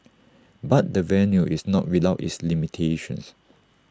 but the venue is not without its limitations